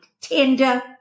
Tinder